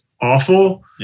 awful